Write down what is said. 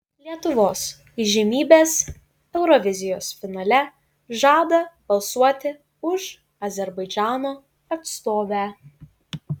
lietuvos įžymybės eurovizijos finale žada balsuoti už azerbaidžano atstovę